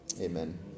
amen